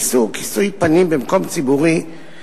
איסור כיסוי פנים במקום ציבורי),